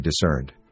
discerned